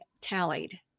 tallied